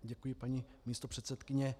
Děkuji, paní místopředsedkyně.